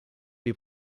les